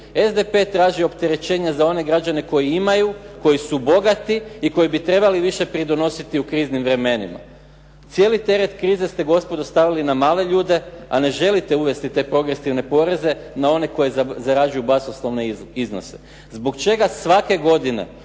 SDP traži opterećenja za one građane koji imaju, koji su bogati i koji bi trebali više pridonositi u kriznim vremenima. Cijeli teret krize ste gospodo stavili na male ljude a ne želite uvesti te progresivne poreze na one koji zarađuju …/Govornik se ne razumije./… iznose. Zbog čega svake godine